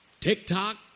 TikTok